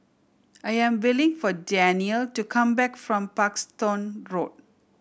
I am willing for Danniel to come back from Parkstone Road